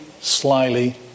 slyly